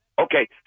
Okay